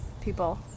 people